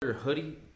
Hoodie